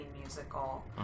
musical